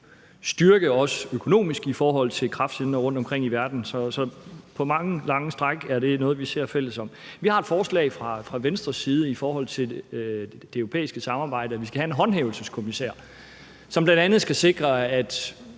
styrke, også økonomisk, i forhold til kraftcentre rundtomkring i verden. Så på mange, lange stræk er det noget, vi ser fælles på. Vi har et forslag fra Venstres side i forhold til det europæiske samarbejde: at vi skal have en håndhævelseskommissær, som bl.a. skal sikre, at